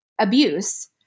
abuse